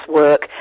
work